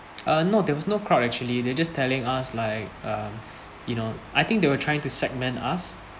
uh no there was no crowd actually they're just telling us like uh you know I think they were trying to segment us